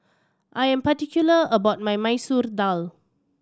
I am particular about my Masoor Dal